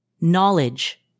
knowledge